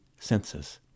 senses